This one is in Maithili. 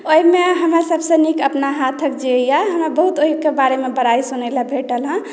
ओहिमे हमरा सभसँ नीक अपना हाथक जे यए हमरा बहुत ओहिके बारेमे बड़ाइ सुनैके भेटल हेँ